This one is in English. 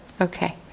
Okay